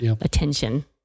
attention